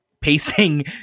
pacing